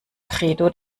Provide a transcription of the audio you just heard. credo